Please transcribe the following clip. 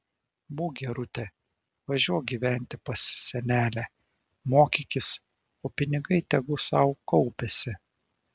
būk gerutė važiuok gyventi pas senelę mokykis o pinigai tegu sau kaupiasi